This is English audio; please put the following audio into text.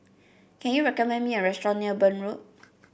can you recommend me a restaurant near Burn Road